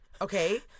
Okay